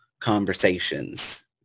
conversations